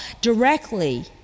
directly